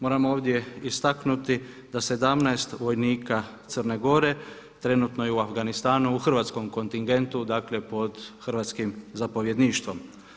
Moram ovdje istaknuti da 17 vojnika Crne Gore trenutno u Afganistanu u hrvatskom kontingentu dakle pod hrvatskim zapovjedništvom.